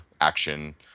action